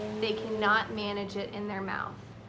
they cannot manage it in their mouth.